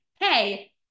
hey